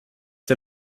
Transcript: der